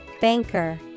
Banker